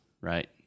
Right